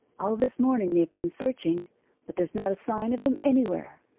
all this morning they have been searching but there's not a sign of him anywhere.